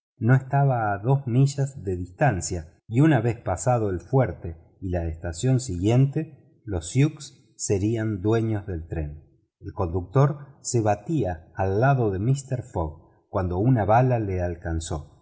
no estaba más que a dos millas de distancia y una vez pasado el fuerte y la estación siguiente los sioux serían dueños del tren el conductor se batía al lado de mister fogg cuando una bala lo alcanzó